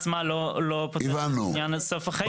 לא פותרת את העניין של סוף החיים.